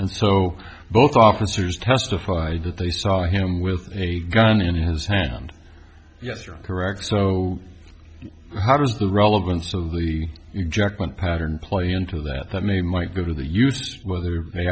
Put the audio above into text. and so both officers testified that they saw him with a gun in his hand yes you're correct so how does the relevance of the jaclyn pattern play into that that may might go to the used whether they